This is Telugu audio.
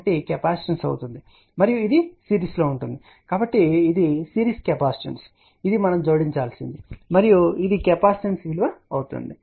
1 కెపాసిటెన్స్ అవుతుంది మరియు ఇది సిరీస్లో ఉంటుంది కాబట్టి ఇది సిరీస్ కెపాసిటెన్స్ ఇది మనం జోడించాల్సినది మరియు ఇది కెపాసిటెన్స్ విలువ అవుతుంది